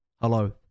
Hello